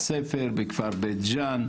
להתייחס לנושא של הפשיעה החקלאית.